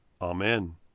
Amen